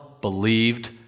believed